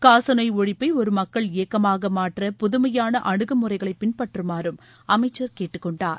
காச நோய் ஒழிப்பை ஒரு மக்கள் இயக்கமாக மாற்ற புதுமையான அனுகுமுறைகளை பின்பற்றுமாறும் அமைச்சர் கேட்டுக்கொண்டாார்